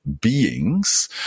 beings